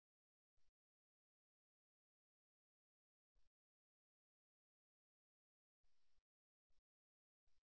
கொடுக்கப்பட்ட இணைப்பில் அணுகக்கூடிய மற்றொரு வீடியோவை நான் பரிந்துரைக்கிறேன்